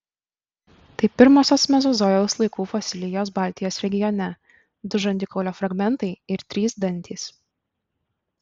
tai pirmosios mezozojaus laikų fosilijos baltijos regione du žandikaulio fragmentai ir trys dantys